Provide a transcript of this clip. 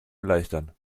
erleichtern